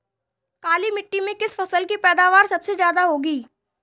काली मिट्टी में किस फसल की पैदावार सबसे ज्यादा होगी?